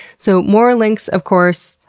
so more links, of course,